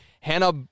Hannah